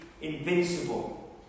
invincible